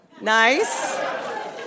Nice